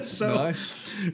Nice